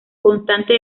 constante